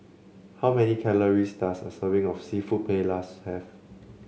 how many calories does a serving of seafood Paellas have